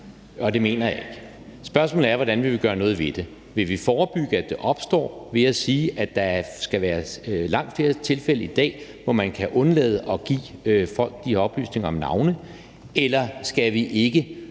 og det mener jeg ikke. Spørgsmålet er, hvordan vi vil gøre noget ved det. Vil vi forebygge, at det opstår, ved at sige, at der skal være langt flere tilfælde end i dag, hvor man kan undlade at give folk de oplysninger om navne? Ellers skal vi ikke